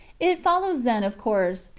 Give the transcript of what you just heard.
it follows then of course,